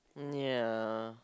ya